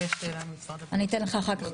זו שאלה למשרד הבריאות.